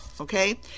Okay